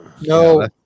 No